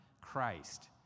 Christ